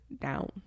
down